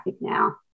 now